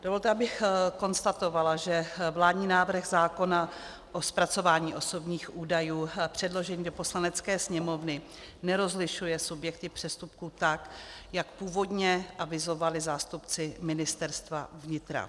Dovolte, abych konstatovala, že vládní návrh zákona o zpracování osobních údajů předložený do Poslanecké sněmovny nerozlišuje subjekty přestupků tak, jak původně avizovali zástupci Ministerstva vnitra.